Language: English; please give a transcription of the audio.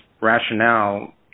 rationale